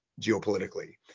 geopolitically